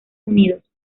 unidos